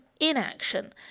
inaction